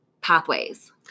pathways